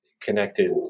connected